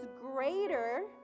greater